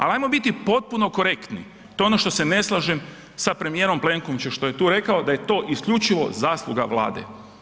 Ali ajmo biti potpuno korektni to je ono što se ne slažem sa premijerom Plenkovićem što je tu rekao da je to isključivo zasluga Vlade.